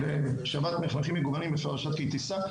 שבת פרשת כי תשא,